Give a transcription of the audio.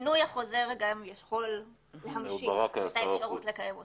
שינוי החוזר גם יכול להמשיך את האפשרות לקיים אותם.